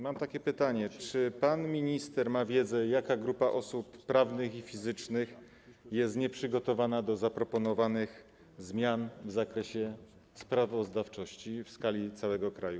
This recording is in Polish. Mam takie pytanie: Czy pan minister ma wiedzę, jaka grupa osób prawnych i fizycznych jest nieprzygotowana do zaproponowanych zmian w zakresie sprawozdawczości w skali całego kraju?